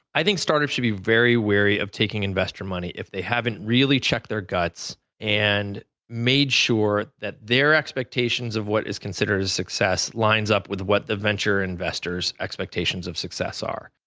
i think startup should be very wary of taking investor money if they haven't really checked their guts and made sure that their expectations of what is considered a success lines up with what the venture investors expectations of success are.